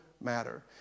matter